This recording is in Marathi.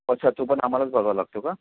अच्छा तो पण आम्हालाच बघावा लागतो का